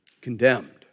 condemned